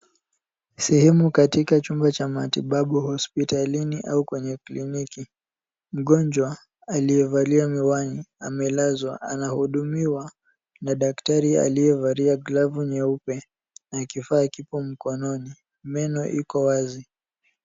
Sehemu katika chumba cha matibabu hospitalini au kwenye kliniki. Mgonjwa aliyevalia miwani amelazwa anahudumiwa na daktari aliyevalia glavu nyeupe na kifaa kipo mkononi. Meno iko wazi.